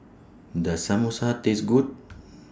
Does Samosa Taste Good